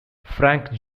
frank